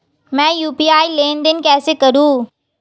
मैं यू.पी.आई लेनदेन कैसे करूँ?